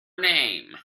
name